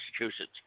Massachusetts